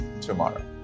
tomorrow